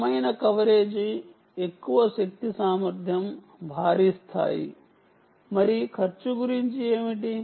బలమైన కవరేజ్ ఎక్కువ శక్తి సామర్థ్యం భారీ స్థాయి మరి ఖర్చు గురించి ఏమిటి